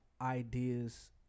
ideas